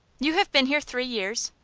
you have been here three years?